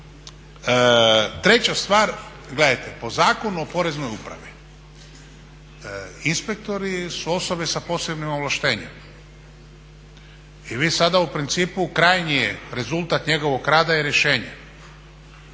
treća stvar, gledajte po Zakonu o Poreznoj upravi inspektori su osobe sa posebnim ovlaštenjem i vi sada u principu krajnji rezultat njegovog rada je rješenje